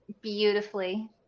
beautifully